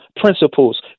principles